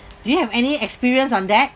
do you have any experience on that